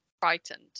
frightened